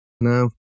No